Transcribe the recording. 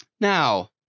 Now